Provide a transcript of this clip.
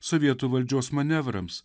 sovietų valdžios manevrams